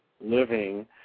living